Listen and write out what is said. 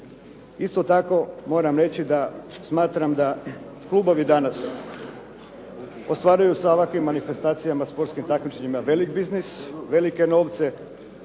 Isto tako moram reći da smatram da klubovi danas ostvaruju sa ovakvim manifestacijama sportskim takmičenjima velik biznis, velike novce.